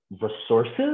resources